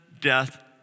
death